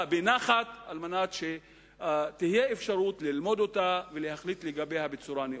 בנחת על מנת שתהיה אפשרות ללמוד אותה ולהחליט לגביה בצורה נאותה.